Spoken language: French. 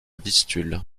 vistule